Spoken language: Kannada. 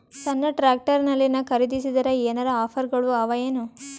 ಸಣ್ಣ ಟ್ರ್ಯಾಕ್ಟರ್ನಲ್ಲಿನ ಖರದಿಸಿದರ ಏನರ ಆಫರ್ ಗಳು ಅವಾಯೇನು?